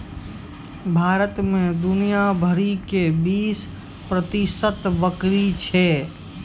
भारत मे दुनिया भरि के बीस प्रतिशत बकरी छै